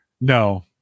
no